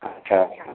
ଆଚ୍ଛା ଆଚ୍ଛା